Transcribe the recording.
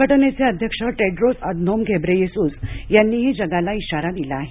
संघटनेचे अध्यक्ष Tedros Adhanom Ghebreyesus यांनीही जगाला इशारा दिला आहे